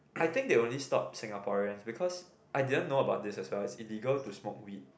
I think they only stopped Singaporeans because I didn't know about this as well it's illegal to smoke weed